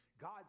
God